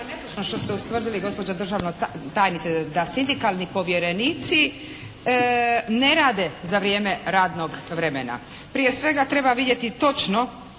što ste ustvrdili gospođo državna tajnice, da sindikalni povjerenici ne rade za vrijeme radnog vremena. Prije svega treba vidjeti točno,